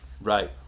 Right